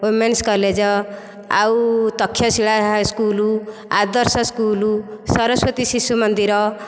women's college ଆଉ Takshashila high school Adarsh school Saraswati Shishu ମନ୍ଦିର